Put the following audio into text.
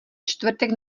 čtvrtek